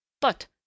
But